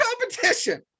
competition